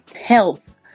health